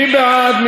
מי בעד?